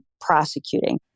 prosecuting